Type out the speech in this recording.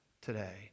today